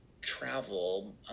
travel